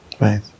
Right